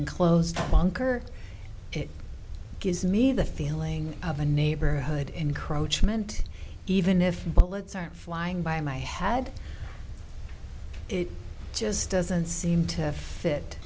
enclosed bunker it gives me the feeling of a neighborhood encroachment even if bullets are flying by my had it just doesn't seem to fit